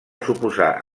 suposar